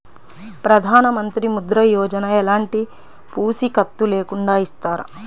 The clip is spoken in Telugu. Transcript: ప్రధానమంత్రి ముద్ర యోజన ఎలాంటి పూసికత్తు లేకుండా ఇస్తారా?